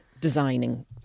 designing